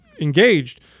engaged